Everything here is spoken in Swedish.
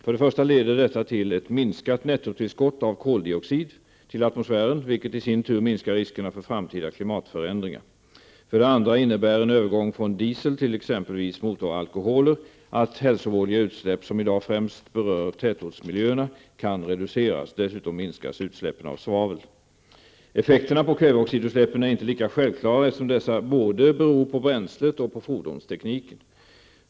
För det första leder detta till ett minskat nettotillskott av koldioxid till atmosfären, vilket i sin tur minskar riskerna för framtida klimatförändringar. För det andra innebär en övergång från diesel till exempelvis motoralkoholer att hälsovådliga utsläpp som i dag främst berör tätortsmiljöerna kan reduceras. Dessutom minskas utsläppen av svavel. Effekterna på kväveoxidutsläppen är inte lika självklara eftersom dessa beror både på bränslet och på fordonstekniken.